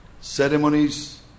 ceremonies